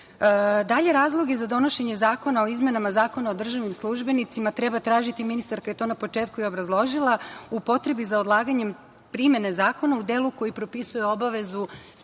razloge za donošenje Zakona o izmenama Zakona o državnim službenicima treba tražiti, ministarka je to na početku i obrazložila, u potrebi za odlaganjem primene zakona u delu koji propisuje obavezu sprovođenja